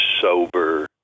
sober